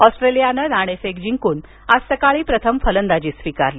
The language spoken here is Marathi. ऑस्ट्रेलियानं नाणेफेक जिंकून प्रथम फलंदाजी स्वीकारली